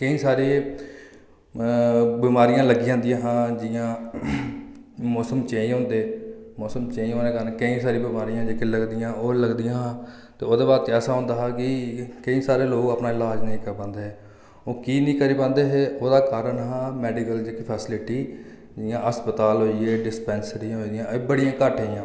केईं सारे बमारियां लग्गी जंदियां हियां जि'यां मौसम चेंज होंदे मौसम चेंज होने दे कारण केईं सारी बमारियां जेह्कियां लगदियां हियां ओह् लगदियां हां ते बाद ऐसा होंदा हा कि केईं सारे लोग अपना लाज नेईं करी पांदे हे ओह् की निं करी पांदे हे ओह्दा कारण हा मैडिकल जेह्की फेसिलिटी जि'यां अस्पताल होई गे डिस्पैंसरियां होई गेइयां एह् बड़ियां घट्ट हियां